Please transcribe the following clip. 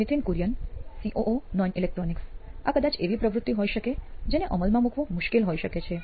Nithin Kurian COO નોઇન electronics આ કદાચ એવી પ્રવૃત્તિ હોઈ શકે જેને અમલમાં મૂકવું મુશ્કેલ હોઈ શકે છે